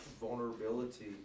vulnerability